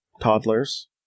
toddlers